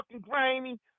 grainy